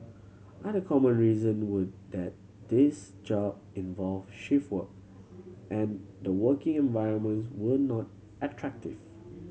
other common reason were that these job involved shift work and the working environments were not attractive